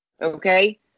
okay